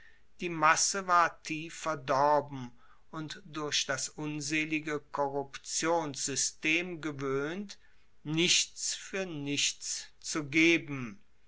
die masse war tief verdorben und durch das unselige korruptionssystem gewoehnt nichts fuer nichts zu geben